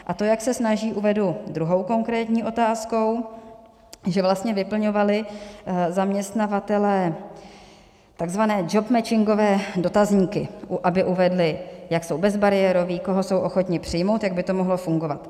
A to, jak se snaží, uvedu druhou konkrétní otázkou, že vlastně vyplňovali zaměstnavatelé takzvané jobmatchingové dotazníky, aby uvedli, jak jsou bezbariéroví, koho jsou ochotni přijmout, jak by to mohlo fungovat.